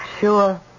Sure